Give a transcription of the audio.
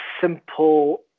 simple